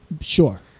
Sure